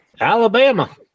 Alabama